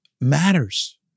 matters